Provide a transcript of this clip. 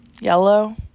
yellow